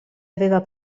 aveva